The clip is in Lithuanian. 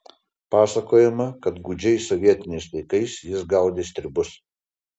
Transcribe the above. pasakojama kad gūdžiais sovietiniais laikais jis gaudė stribus